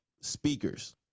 speakers